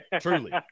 Truly